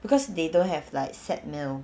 because they don't have like set meal